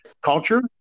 culture